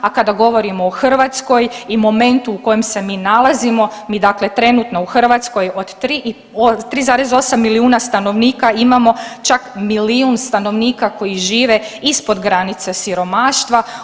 A kada govorimo o Hrvatskoj i momentu u kojem se mi nalazimo, mi dakle trenutno u Hrvatskoj od 3,8 milijuna stanovnika imamo čak milijun stanovnika koji žive ispod granice siromaštva.